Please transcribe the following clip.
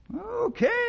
Okay